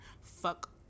fuck